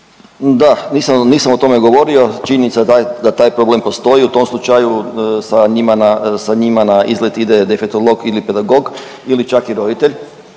nisam, nisam o tome govorio, a činjenica je da taj problem postoji. U tom slučaju sa njima na izlet ide defektolog ili pedagog ili čak i roditelj